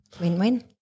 Win-win